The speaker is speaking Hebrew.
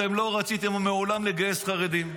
אתם לא רציתם מעולם לגייס חרדים.